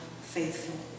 faithful